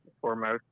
foremost